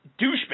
douchebag